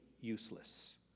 useless